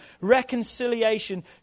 reconciliation